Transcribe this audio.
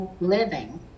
living